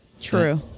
True